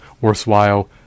worthwhile